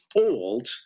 old